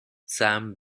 sam